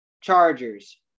Chargers